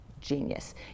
genius